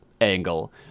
angle